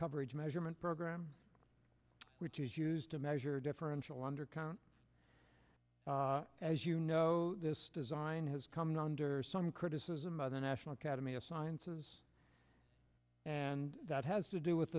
coverage measurement program which is used to measure differential undercount as you know this design has come to under some criticism of the national academy of sciences and that has to do with